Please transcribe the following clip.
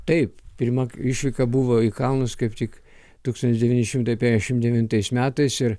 taip pirma išvyka buvo į kalnus kaip tik tūkstantis devyni šimtai penkiasdešimt devintais metais ir